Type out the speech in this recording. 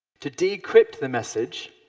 to decrypt the message,